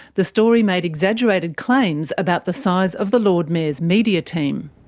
the story made exaggerated claims about the size of the lord mayor's media team.